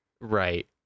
right